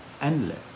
endless